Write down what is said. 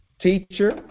Teacher